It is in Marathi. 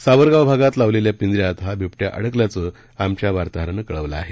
सावरगाव भागात लावलेल्या पिंजऱ्यात हा बिबऱ्या अडकल्याचं आमच्या वार्ताहरानं कळवलं आहे